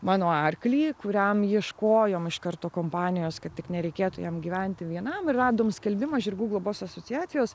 mano arklį kuriam ieškojom iš karto kompanijos kad tik nereikėtų jam gyventi vienam ir radom skelbimą žirgų globos asociacijos